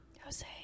Jose